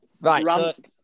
Right